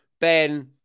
Ben